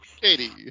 Katie